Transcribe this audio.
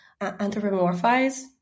anthropomorphize